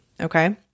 okay